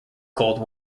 cold